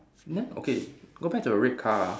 then okay go back to the red car ah